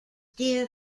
deer